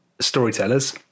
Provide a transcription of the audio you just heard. storytellers